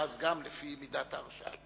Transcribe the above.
ואז גם לפי מידת ההרשעה.